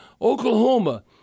Oklahoma